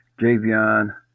Javion